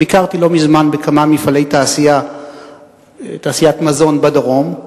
ביקרתי לא מזמן בכמה מפעלי תעשיית מזון בדרום,